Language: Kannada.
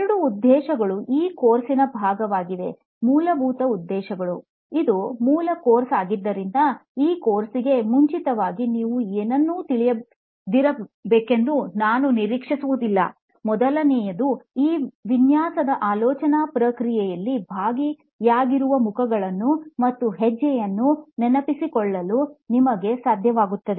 ಎರಡು ಉದ್ದೇಶಗಳು ಈ ಕೋರ್ಸ್ನ ಭಾಗವಾಗಿವೆ ಮೂಲಭೂತ ಉದ್ದೇಶಗಳುಇದು ಮೂಲ ಕೋರ್ಸ್ ಆಗಿದ್ದರಿಂದ ಈ ಕೋರ್ಸ್ಗೆ ಮುಂಚಿತವಾಗಿ ನೀವು ಏನನ್ನೂ ತಿಳಿದಿರಬೇಕೆಂದು ನಾವು ನಿರೀಕ್ಷಿಸುವುದಿಲ್ಲ ಮೊದಲನೆಯದು ಈ ವಿನ್ಯಾಸದ ಆಲೋಚನಾ ಪ್ರಕ್ರಿಯೆಯಲ್ಲಿ ಭಾಗಿಯಾಗಿರುವ ಮುಖಗಳನ್ನು ಮತ್ತು ಹೆಜ್ಜೆಯನ್ನು ನೆನಪಿಸಿಕೊಳ್ಳಲು ನಿಮಗೆ ಸಾಧ್ಯವಾಗುತ್ತದೆ